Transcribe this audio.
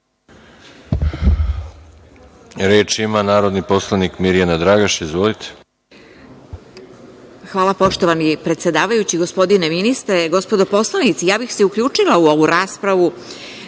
Reč ima narodni poslanik Mirjana Dragaš. Izvolite. **Mirjana Dragaš** Hvala, poštovani predsedavajući. Gospodine ministre, gospodo poslanici, ja bih se uključila u ovu raspravu